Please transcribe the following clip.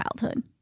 childhood